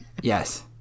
yes